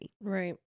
Right